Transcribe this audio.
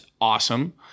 awesome